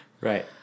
right